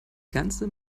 ganze